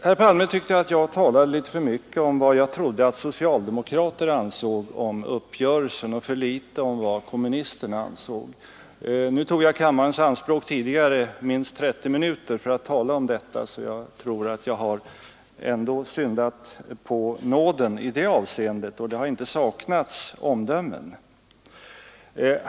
Herr Palme tyckte att jag talade för mycket om vad jag trodde att socialdemokraterna ansåg om uppgörelsen och för litet om vad kommunisterna ansåg. Nu tog jag kammarens tid i anspråk tidigare under minst 30 minuter för att tala om detta, och där saknades inte omdömen.